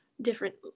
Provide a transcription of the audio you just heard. different